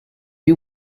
you